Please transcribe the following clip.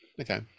okay